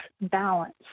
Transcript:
balance